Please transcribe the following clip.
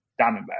Diamondback